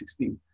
2016